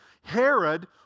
Herod